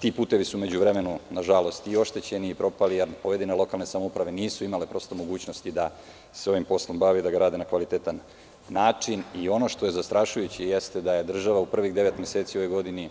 Ti putevi su u međuvremenu nažalost i oštećeni i propali, jer pojedine lokalne samouprave nisu prosto imale mogućnosti da se ovim poslom bave i da ga rade na kvalitetan način i ono što je zastrašujuće jeste da je država u prvih devet meseci u ovoj godini